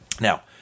Now